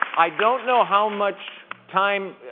i don't know how much time